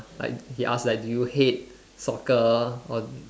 like he ask like do you hate soccer or